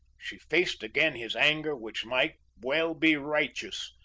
she faced again his anger which might well be righteous,